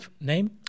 name